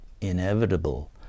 inevitable